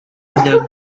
other